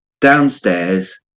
downstairs